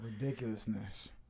Ridiculousness